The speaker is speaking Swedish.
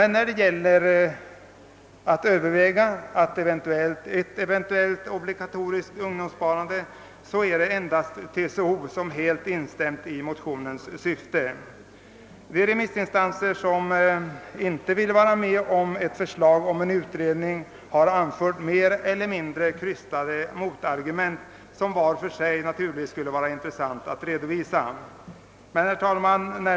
När det gäller ett eventuellt obligatoriskt ungdomssparande, är det emellertid endast TCO som helt instämt i motionernas syfte. De remissinstanser som inte vill vara med om att föreslå en utredning har anfört mer eller mindre krystade motargument, som det naturligtvis skulle vara intressant att redovisa vart för sig. Herr talman!